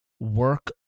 work